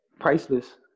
priceless